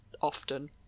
often